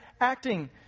acting